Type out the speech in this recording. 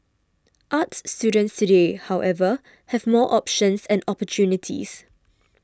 arts students today however have more options and opportunities